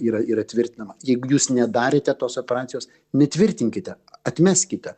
yra yra tvirtinama jeigu jūs nedarėte tos operacijos netvirtinkite atmeskite